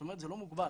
זה לא מוגבל,